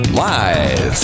live